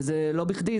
וזה לא בכדי,